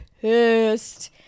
pissed